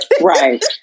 Right